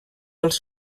dels